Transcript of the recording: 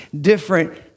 different